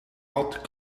altijd